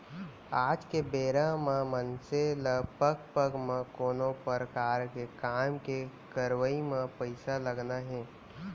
आज के बेरा म मनसे ल पग पग म कोनो परकार के काम के करवई म पइसा लगना हे